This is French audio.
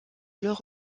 leur